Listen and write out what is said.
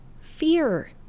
fear